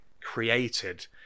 created